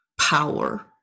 power